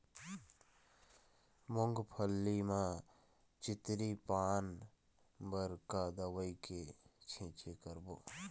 मूंगफली म चितरी पान बर का दवई के छींचे करबो?